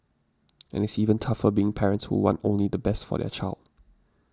and it's even tougher being parents who want only the best for their child